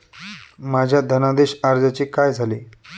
माझ्या धनादेश अर्जाचे काय झाले?